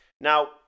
Now